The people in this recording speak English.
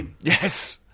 Yes